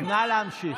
נא להמשיך.